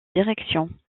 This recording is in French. direction